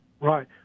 Right